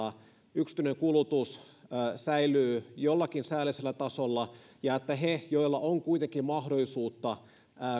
yksityinen kulutus säilyy jollakin säällisellä tasolla tule heille joilla on kuitenkin mahdollisuutta